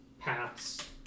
paths